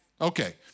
Okay